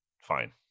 fine